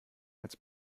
als